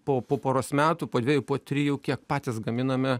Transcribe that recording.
po po poros metų po dvejų po trijų kiek patys gaminame